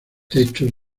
techos